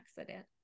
accident